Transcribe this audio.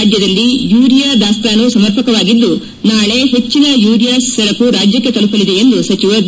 ರಾಜ್ಲದಲ್ಲಿ ಯೂರಿಯ ದಾಸ್ತಾನು ಸಮರ್ಪಕವಾಗಿದ್ದು ನಾಳೆ ಹೆಚ್ಚಿನ ಯೂರಿಯಾ ಸರಕು ರಾಜ್ಯಕ್ಷೆ ತಲುಪಲಿದೆ ಎಂದು ಸಚಿವ ಬಿ